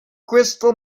crystal